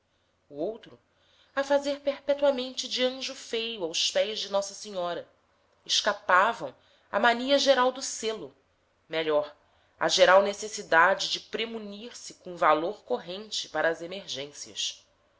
o outro a fazer perpetuamente de anjo feio aos pés de nossa senhora escapavam à mania geral do selo melhor à geral necessidade de premunir se com valor corrente para as emergências